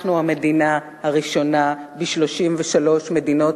אנחנו המדינה הראשונה ב-33 מדינות